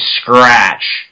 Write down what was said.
scratch